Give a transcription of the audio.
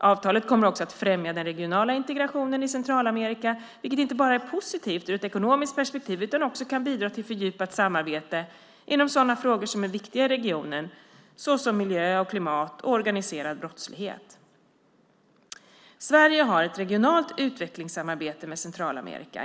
Avtalet kommer också att främja den regionala integrationen i Centralamerika vilket inte bara är positivt ur ett ekonomiskt perspektiv utan också kan bidra till fördjupat samarbete inom sådana frågor som är viktiga i regionen, såsom miljö och klimat och organiserad brottslighet. Sverige har ett regionalt utvecklingssamarbete med Centralamerika.